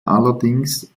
allerdings